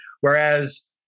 Whereas